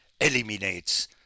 eliminates